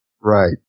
Right